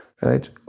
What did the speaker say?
right